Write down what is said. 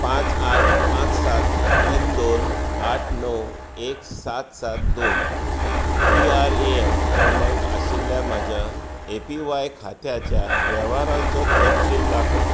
पांच आठ पांच सात तीन दोन आठ णव एक सात सात दोन पी आर ए एन क्रमांक आशिल्ल्या म्हज्या ए पी व्हाय खात्याच्या वेव्हाराचो तपशील दाखय